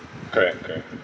correct correct